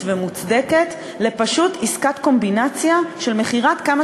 ומוצדקת לפשוט עסקת קומבינציה של מכירת כמה